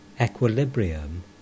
equilibrium